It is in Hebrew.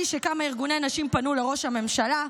שכמה ארגוני נשים פנו לראש הממשלה,